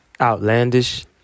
outlandish